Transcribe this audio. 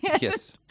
Yes